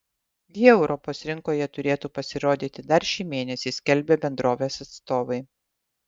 jie europos rinkoje turėtų pasirodyti dar šį mėnesį skelbia bendrovės atstovai